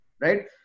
Right